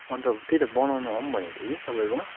अन्त त्यही त बनाउनु आउँ भनेको थिएँ कि तपाईँकोमा